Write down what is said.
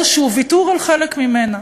לוויתור כלשהו על חלק ממנה.